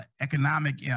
economic